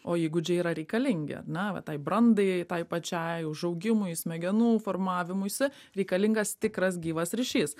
o įgūdžiai yra reikalingi na va tai brandai tai pačiai užaugimui smegenų formavimuisi reikalingas tikras gyvas ryšys